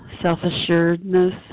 self-assuredness